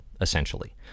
essentially